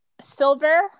silver